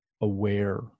aware